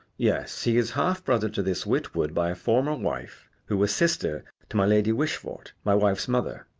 yes he is half-brother to this witwoud by a former wife, who was sister to my lady wishfort, my wife's mother.